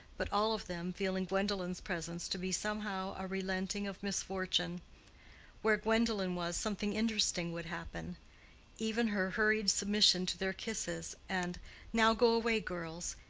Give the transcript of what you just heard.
but all of them feeling gwendolen's presence to be somehow a relenting of misfortune where gwendolen was, something interesting would happen even her hurried submission to their kisses, and now go away, girls,